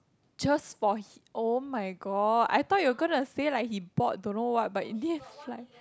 just for h~ oh-my-god I thought you gonna to say like he bought don't know what but in the end is like